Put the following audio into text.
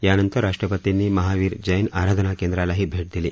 यानंतर राष्ट्रपतींनी महावीर जन्नीआराधना केंद्रालाही भेट दिली